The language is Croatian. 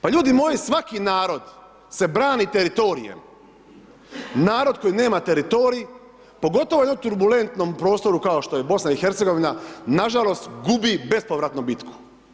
Pa ljudi moji, svaki narod se brani teritorijem, narod koji nema teritorij, pogotovo u jednom turbulentnom prostoru kao što je BiH, nažalost, gubi bespovratno bitku.